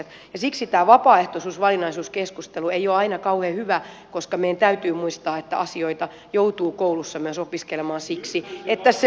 siksi tämä vapaaehtoisuus valinnaisuuskeskustelu ei ole aina kauhean hyvä asia koska meidän täytyy muistaa että asioita joutuu koulussa opiskelemaan myös siksi että se on tärkeää